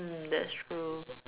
mm that's true